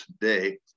today